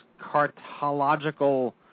cartological